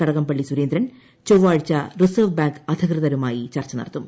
കടകംപള്ളി സുരേന്ദ്രൻ ചൊവ്വാഴ്ച reserve bank അധികൃതരുമായി ചർച്ച നടത്തും